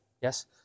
yes